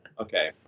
Okay